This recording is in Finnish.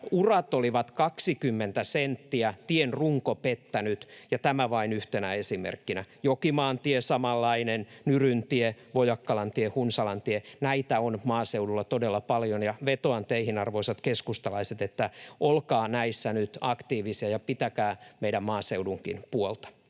Urat olivat 20 senttiä, tien runko pettänyt, ja tämä vain yhtenä esimerkkinä. Jokimaantie samanlainen, Nyryntie, Vojakkalantie, Hunsalantie. Näitä on maaseudulla todella paljon, ja vetoan teihin, arvoisat keskustalaiset, että olkaa näissä nyt aktiivisia ja pitäkää meidän maaseudunkin puolta.